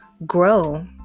grow